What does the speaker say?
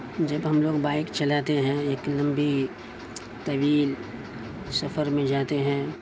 جب ہم لوگ بائک چلاتے ہیں ایک لمبی طویل سفر میں جاتے ہیں